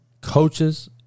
coaches